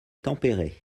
tempéré